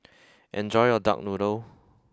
enjoy your Duck Noodle